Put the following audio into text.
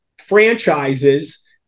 franchises